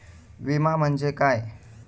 विमा म्हणजे काय?